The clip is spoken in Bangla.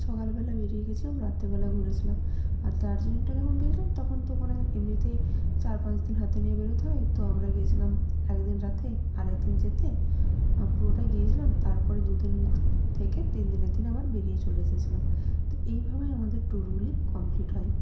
সকালবেলা বেরিয়ে গেছিলাম রাত্রেবেলা ঘুরে ছিলাম আর দার্জিলিংটা যখন গেছিলাম তখন তো ওখানে এমনিতেই চার পাঁচদিন হাতে নিয়ে বেরোতে হয় তো আমরা গিয়েছিলাম একদিন রাতে আরেকদিন যেতে পুরোটাই গিয়েছিলাম তারপরে দুদিন ঘু থেকে তিন দিনের দিন আবার বেরিয়ে চলে এসেছিলাম তো এইভাবেই আমাদের ট্যুরগুলি কমপ্লিট হয়